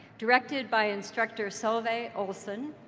directed by instructor solveig olsen,